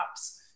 apps